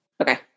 Okay